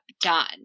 done